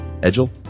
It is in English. Edgel